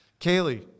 kaylee